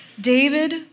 David